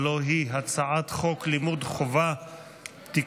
הלוא היא הצעת חוק לימוד חובה (תיקון,